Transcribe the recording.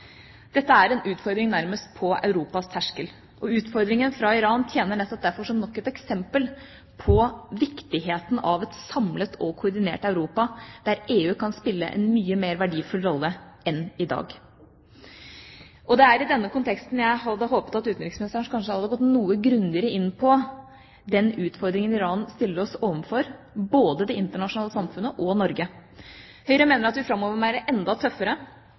Dette er en utfordring nærmest på Europas terskel, og utfordringen fra Iran tjener nettopp derfor som nok et eksempel på viktigheten av et samlet og koordinert Europa der EU kan spille en mye mer verdifull rolle enn i dag. Det var i denne konteksten jeg hadde håpet at utenriksministeren kanskje hadde gått noe grundigere inn på den utfordringen Iran stiller både det internasjonale samfunnet og Norge overfor. Høyre mener at vi framover må være enda tøffere,